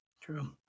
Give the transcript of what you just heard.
True